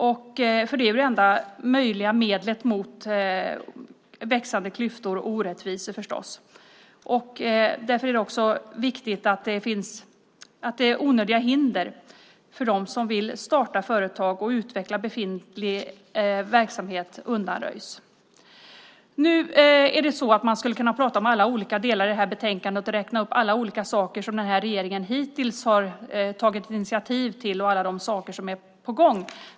Det är det enda möjliga medlet mot växande klyftor och orättvisor. Därför är det också viktigt att onödiga hinder undanröjs för dem som vill starta företag och utveckla befintlig verksamhet. Jag skulle kunna prata om alla olika delar i detta betänkande och räkna upp alla olika saker som den här regeringen hittills har tagit initiativ till och alla de saker som är på gång.